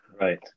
Right